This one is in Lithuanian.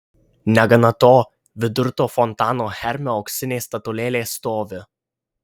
negana to vidur to fontano hermio auksinė statulėlė stovi